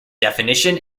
definition